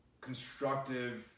constructive